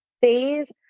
phase